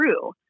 true